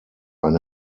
eine